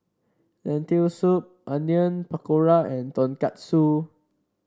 Lentil Soup Onion Pakora and Tonkatsu